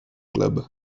club